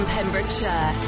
Pembrokeshire